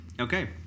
Okay